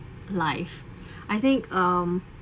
life I think um